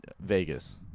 Vegas